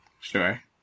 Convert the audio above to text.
Sure